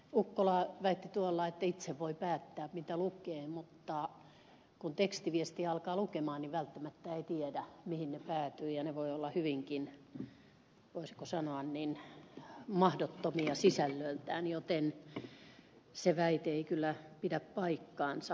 ukkola väitti että itse voi päättää mitä lukee mutta kun tekstiviestejä alkaa lukea niin välttämättä ei tiedä mihin ne päätyvät ja ne voivat olla hyvinkin voisiko sanoa mahdottomia sisällöltään joten se väite ei kyllä pidä paikkaansa